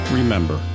remember